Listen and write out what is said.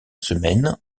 semaine